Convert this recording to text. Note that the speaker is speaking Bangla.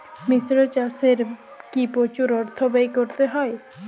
মিশ্র চাষে কি প্রচুর অর্থ ব্যয় করতে হয়?